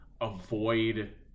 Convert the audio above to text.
avoid